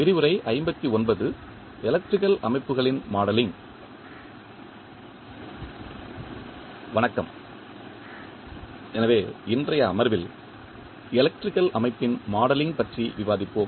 வணக்கம் எனவே இன்றைய அமர்வில் எலக்ட்ரிக்கல் அமைப்பின் மாடலிங் பற்றி விவாதிப்போம்